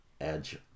Edge